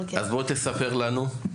אז בוא תספר לנו.